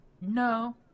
No